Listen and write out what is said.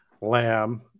Lamb